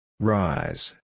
Rise